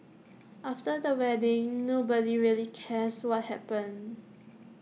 after the wedding nobody really cares what happened